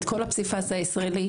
את כל הפסיפס הישראלי,